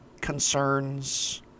concerns